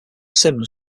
sims